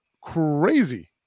crazy